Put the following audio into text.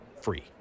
free